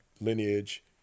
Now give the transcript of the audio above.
lineage